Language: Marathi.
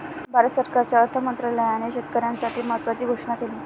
भारत सरकारच्या अर्थ मंत्रालयाने शेतकऱ्यांसाठी महत्त्वाची घोषणा केली